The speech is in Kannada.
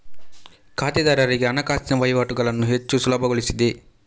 ಖಾತೆದಾರರಿಗೆ ಹಣಕಾಸಿನ ವಹಿವಾಟುಗಳನ್ನು ಹೆಚ್ಚು ಸುಲಭಗೊಳಿಸಿದೆ